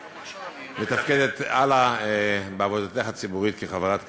מתפקדת הלאה בעבודתך הציבורית כחברת כנסת.